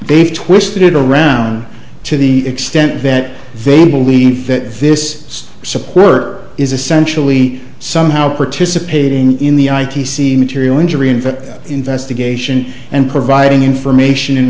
they've twisted it around to the extent that they believe that this support is essentially somehow participating in the i t c material injury and that investigation and providing in